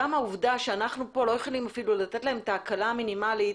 גם העובדה שאנחנו פה לא יכולים אפילו לתת להם את ההקלה המינימלית